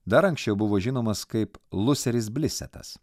dar anksčiau buvo žinomas kaip luseris blisetas